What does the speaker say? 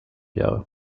jahre